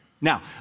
Now